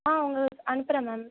ஆ உங்கள் அனுப்புகிறேன் மேம்